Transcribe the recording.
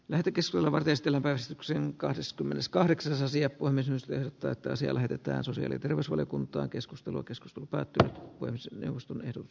lähde kyselevät esitellä veistoksen kahdeskymmeneskahdeksasosia puomisysteemi tuottaa se lähetetään sosiaali terveysvaliokuntaa keskustelua keskusta päätti kuin eduskunnalle tarjoaa